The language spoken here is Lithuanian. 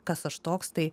kas aš toks tai